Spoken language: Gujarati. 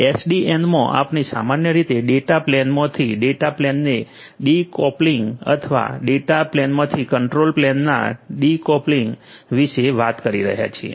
એસડીએનમાં આપણે સામાન્ય રીતે ડેટા પ્લેનમાંથી ડેટા પ્લેનને ડીકોપ્લિંગ અથવા ડેટા પ્લેનમાંથી કંટ્રોલ પ્લેનના ડીકોપ્લિંગ વિશે વાત કરી રહ્યા છીએ